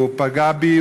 הוא פגע בי,